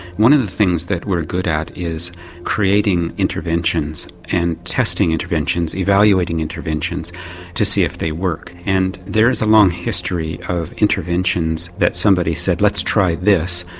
one of the things that we're good at is creating interventions and testing interventions, evaluating interventions to see if they work. and there is a long history of interventions that somebody said let's try this,